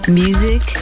music